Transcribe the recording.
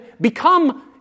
become